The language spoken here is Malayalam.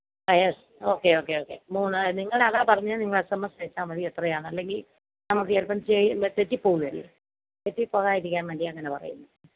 ആഹ് യെസ് ഓക്കെ ഓക്കെ ഓക്കെ നിങ്ങൾ അതാ പറഞ്ഞത് നിങ്ങളെ എസ് എമ്മ് എസ് അയച്ചാൽ മതി എത്രയാണെന്ന് അല്ലെങ്കില് നമുക്ക് ചിലപ്പം ചെയ്യുമ്പം തെറ്റി പോവേലെ തെറ്റി പോകാതിരിക്കാന് വേണ്ടിയാണ് അങ്ങനെ പറയുന്നത്